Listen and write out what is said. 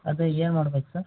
ಅದೇ ಏನು ಮಾಡ್ಬೇಕು ಸರ್